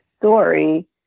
story